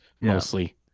mostly